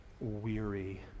weary